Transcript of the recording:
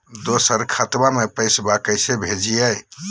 दोसर खतबा में पैसबा कैसे भेजिए?